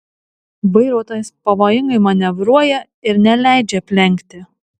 vairuotojas pavojingai manevruoja ir neleidžia aplenkti